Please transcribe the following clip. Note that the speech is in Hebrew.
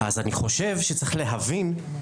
אז אני מפסידה ימי